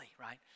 right